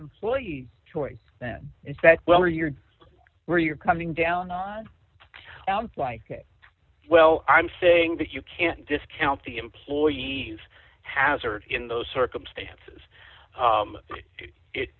employee choice then is that where you're where you're coming down on sounds like well i'm saying that you can't discount the employees hazard in those circumstances